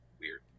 weird